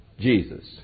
Jesus